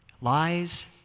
lies